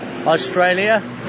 Australia